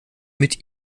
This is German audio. mit